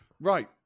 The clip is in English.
Right